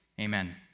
Amen